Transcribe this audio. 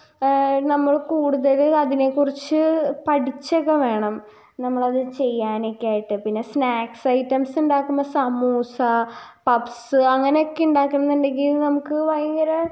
നമ്മൾ കൂട്തല് അതിനേക്കുറിച്ച് പഠിച്ചൊക്കെ വേണം നമ്മളത് ചെയ്യാനൊക്കെ ആയിട്ട് പിന്നെ സ്നാക്സൈറ്റംസ്സുണ്ടാക്കുമ്പൊ സമൂസ പപ്പ്സ്സ് അങ്ങനെ ഒക്കെ ഉണ്ടാക്കണം എന്നുണ്ടെങ്കിൽ നമുക്ക് ഭയങ്കര